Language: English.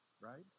right